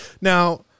now